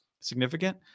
significant